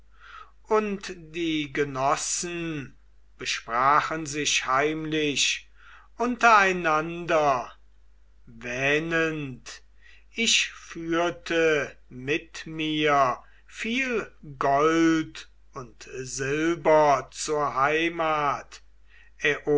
und die genossen besprachen sich heimlich untereinander wähnend ich führte mit mir viel gold und silber zur heimat